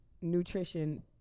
nutrition